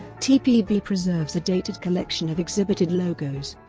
tpb preserves a dated collection of exhibited logos.